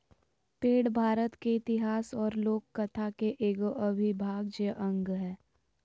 पेड़ भारत के इतिहास और लोक कथा के एगो अविभाज्य अंग हइ